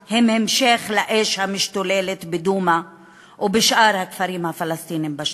הם המשך לאש המשתוללת בדומא ובשאר הכפרים הפלסטיניים בשטחים.